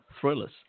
thrillers